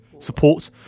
support